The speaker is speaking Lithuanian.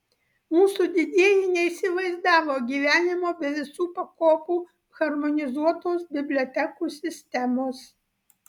mūsų didieji neįsivaizdavo gyvenimo be visų pakopų harmonizuotos bibliotekų sistemos